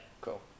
Cool